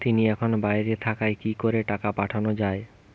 তিনি এখন বাইরে থাকায় কি করে টাকা পাঠানো য়ায়?